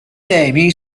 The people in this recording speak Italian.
temi